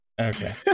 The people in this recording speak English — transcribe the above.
Okay